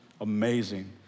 amazing